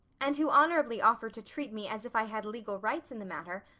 and who honorably offered to treat me as if i had legal rights in the matter,